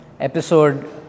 episode